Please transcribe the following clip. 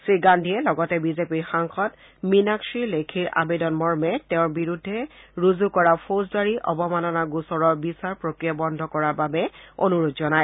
শ্ৰী গান্ধীয়ে লগতে বিজেপিৰ সাংসদ মীনাক্ষী লেখিৰ আবেদন মৰ্মে তেওঁৰ বিৰুদ্ধে ৰুজু কৰা ফৌজদাৰী অৱমাননাৰ গোচৰৰ বিচাৰ প্ৰক্ৰিয়া বন্ধ কৰাৰ বাবে অনুৰোধ জনায়